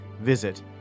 Visit